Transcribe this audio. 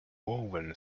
woven